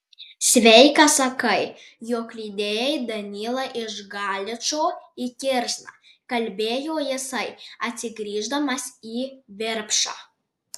sveikas sakai jog lydėjai danylą iš galičo į kirsną kalbėjo jisai atsigrįždamas į virpšą